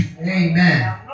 Amen